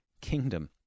kingdom